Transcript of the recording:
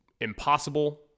impossible